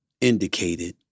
indicated